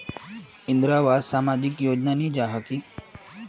इंदरावास सामाजिक योजना नी जाहा की?